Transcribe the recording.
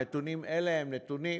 נתונים אלה הם נתונים